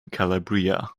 calabria